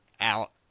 out